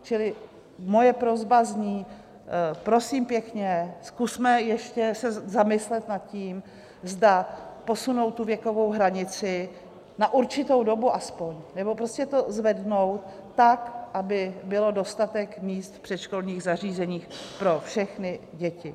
Čili moje prosba zní: Prosím pěkně, zkusme ještě se zamyslet nad tím, zda posunout tu věkovou hranici, na určitou dobu aspoň, nebo prostě to zvednout tak, aby bylo dostatek míst v předškolních zařízeních pro všechny děti.